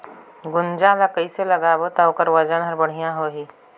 गुनजा ला कइसे लगाबो ता ओकर वजन हर बेडिया आही?